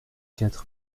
quatre